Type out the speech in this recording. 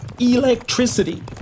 electricity